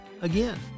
again